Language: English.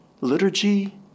liturgy